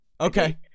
Okay